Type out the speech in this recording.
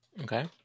Okay